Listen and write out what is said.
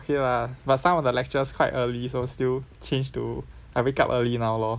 okay lah but some of the lectures quite early so still change to I wake up early now lor